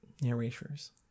narrators